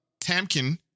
Tamkin